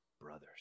brothers